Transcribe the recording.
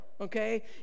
okay